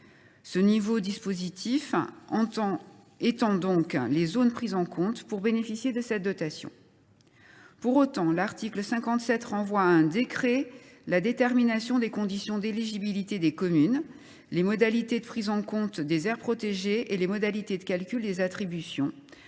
Ce nouveau dispositif étend donc les zones prises en compte pour bénéficier de cette dotation. Pour autant, l’article 57 renvoie à un décret la détermination des conditions d’éligibilité des communes, les modalités de prise en compte des aires protégées et les modalités de calcul des attributions,